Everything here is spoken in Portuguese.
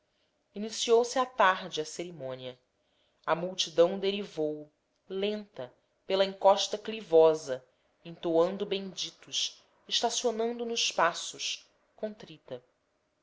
iniciou se à tarde a cerimônia a multidão derivou lenta pela encosta clivosa entoando benditos estacionando nos passos contrita